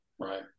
Right